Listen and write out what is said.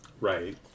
right